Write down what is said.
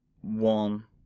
one